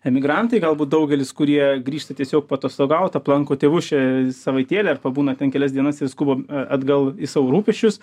emigrantai galbūt daugelis kurie grįžta tiesiog paatostogaut aplanko tėvus čia savaitėlę ar pabūna ten kelias dienas ir skuba atgal į savo rūpesčius